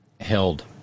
held